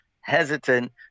hesitant